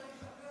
אני לא